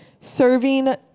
serving